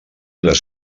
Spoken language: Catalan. les